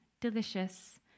delicious